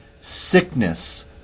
sickness